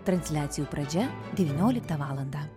transliacijų pradžia devynioliktą valandą